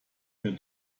mehr